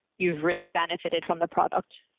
you've really benefited from the product.